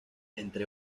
entre